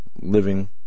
living